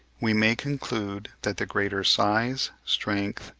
we may conclude that the greater size, strength,